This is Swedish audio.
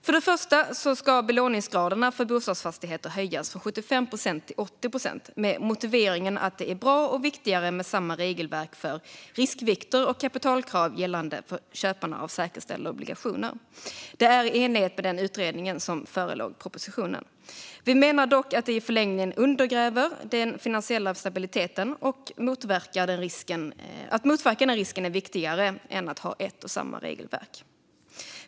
För det första ska belåningsgraderna för bostadsfastigheter höjas från 75 procent till 80 procent med motiveringen att det är bra och viktigare med samma regelverk för riskvikter och kapitalkrav för köpare av säkerställda obligationer. Det här föreslås i enlighet med den utredning som förelåg propositionen. Vi menar dock att det i förlängningen undergräver den finansiella stabiliteten, och att motverka den risken är viktigare än att ha ett och samma regelverk.